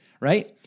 right